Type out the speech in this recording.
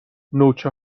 نوچه